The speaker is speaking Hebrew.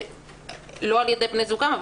שלא אגיד בני זוגן,